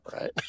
right